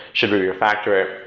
should we refactor it?